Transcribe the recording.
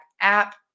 app